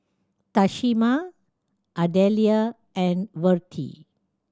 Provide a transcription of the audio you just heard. Tamisha Ardelia and Vertie